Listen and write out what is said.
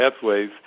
pathways